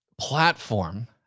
platform